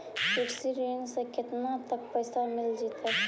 कृषि ऋण से केतना तक पैसा मिल जइतै?